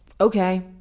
Okay